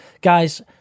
Guys